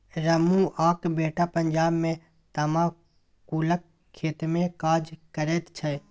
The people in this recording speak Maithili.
रमुआक बेटा पंजाब मे तमाकुलक खेतमे काज करैत छै